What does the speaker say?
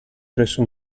presso